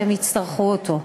כשהם יצטרכו אותו.